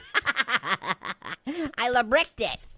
i i le-bricked it.